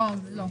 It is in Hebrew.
לא, לא.